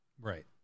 Right